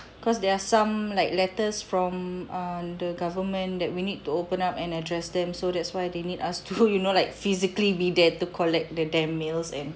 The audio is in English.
cause there are some like letters from err the government that we need to open up and address them so that's why they need us to you know like physically be there to collect the damn mails and